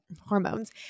hormones